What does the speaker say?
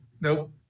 Nope